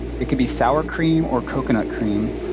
it could be sour cream or coconut cream,